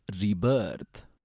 rebirth